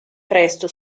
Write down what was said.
presto